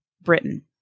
Britain